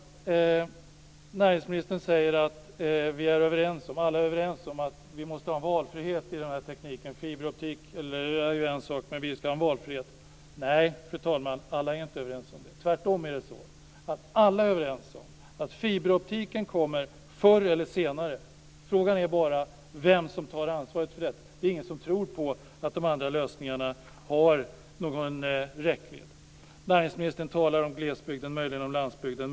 Näringsministern säger att alla är överens om att vi måste ha en valfrihet när det gäller den här tekniken och att fiberoptik är en sak. Nej, fru talman, alla är inte överens om det. Tvärtom är alla överens om att fiberoptiken kommer förr eller senare. Frågan är bara vem som tar ansvar för detta. Det är ingen som tror på att de andra lösningarna har någon räckvidd. Näringsministern talar om glesbygden, möjligen om landsbygden.